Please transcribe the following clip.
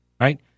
right